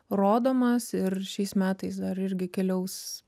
rodomas ir šiais metais dar irgi keliaus